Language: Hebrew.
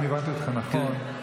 אם הבנתי אותך נכון,